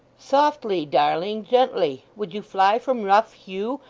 softly, darling gently would you fly from rough hugh,